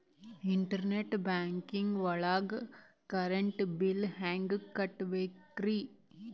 Internet banking ಒಳಗ್ current bill ಹೆಂಗ್ ಕಟ್ಟ್ ಬೇಕ್ರಿ?